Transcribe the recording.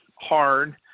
hard